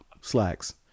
slacks